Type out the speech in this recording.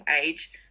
age